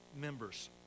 members